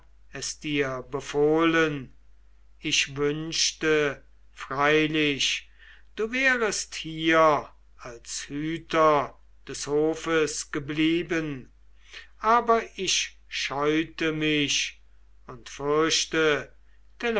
es dir befohlen ich wünschte freilich du wärest hier als hüter des hofes geblieben aber ich scheue mich und